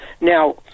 Now